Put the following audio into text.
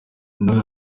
nawe